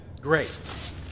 Great